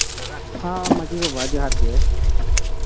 ᱦᱮᱸ ᱢᱟᱹᱡᱷᱤ ᱵᱟᱵᱟ ᱡᱚᱦᱟᱨ ᱜᱮ